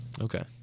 okay